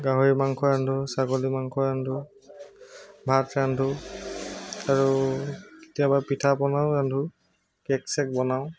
গাহৰি মাংস ৰান্ধোঁ ছাগলী মাংস ৰান্ধোঁ ভাত ৰান্ধোঁ আৰু কেতিয়াবা পিঠা পনাও ৰান্ধোঁ কেক চেক বনাওঁ